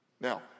Now